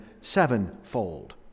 sevenfold